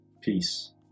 peace